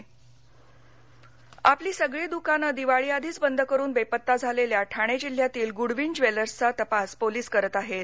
Godwin आपली सगळी दुकानं दिवाळी आधीच बंद करून बेपत्ता झालेल्या ठाणे जिल्ह्यातील गुडविन ज्वेलर्सचा तपास पोलीस करताहेत